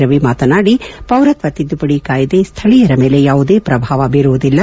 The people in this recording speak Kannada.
ರವಿ ಮಾತನಾಡಿ ಪೌರತ್ವ ತಿದ್ದುಪಡಿ ಕಾಯ್ದೆ ಸ್ಥಳೀಯರ ಮೇಲೆ ಯಾವುದೇ ಪ್ರಭಾವ ಬೀರುವುದಿಲ್ಲ